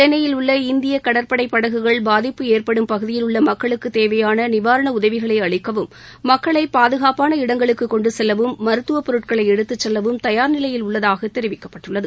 சென்னையில் உள்ள இந்திய கடற்படை படகுகள் பாதிப்பு ஏற்படும் பகுதியில் உள்ள மக்களுக்கு தேவையான நிவாரண உதவிகளை அளிக்கவும் மக்களை பாதுகாப்பான இடங்களுக்கு கொண்டு செல்லவும் மருத்துவப் பொருட்களை எடுத்துச் செல்லவும் தயார் நிலையில் உள்ளதாக தெரிவிக்கப்பட்டுள்ளது